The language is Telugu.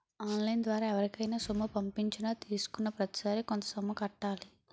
ఆన్ లైన్ ద్వారా ఎవరికైనా సొమ్ము పంపించినా తీసుకున్నాప్రతిసారి కొంత సొమ్ము కట్టాలి